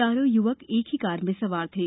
चारो युवक एक ही कार में सवार थे